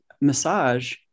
massage